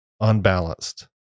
unbalanced